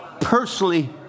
personally